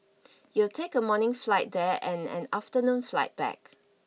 you'll take a morning flight there and an afternoon flight back